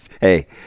Hey